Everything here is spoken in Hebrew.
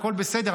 הכול בסדר.